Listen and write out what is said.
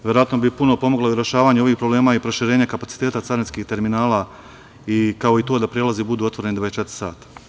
Verovatno bi puno pomoglo i rešavanje ovih problema i proširenje kapaciteta carinskih terminala, kao i to da prelazi budu otvoreni 24 sata.